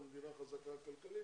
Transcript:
המדינה חזקה כלכלית.